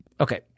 Okay